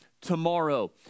tomorrow